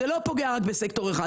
זה לא פוגע רק בסקטור אחד.